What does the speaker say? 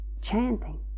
chanting